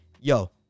yo